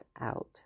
out